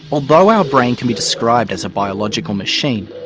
although our brain can be described as a biological machine,